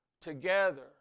together